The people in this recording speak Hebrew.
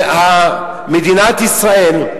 ומדינת ישראל,